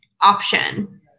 option